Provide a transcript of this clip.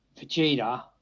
Vegeta